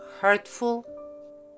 hurtful